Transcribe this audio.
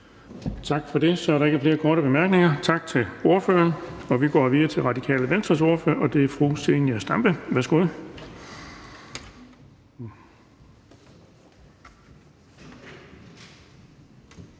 Tak for det. Så er der ikke flere korte bemærkninger. Tak til ordføreren, og vi går videre til Radikale Venstres ordfører, og det er fru Zenia Stampe. Værsgo.